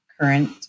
current